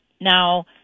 now